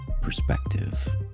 perspective